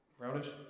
brownish